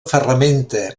ferramenta